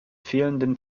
fehlenden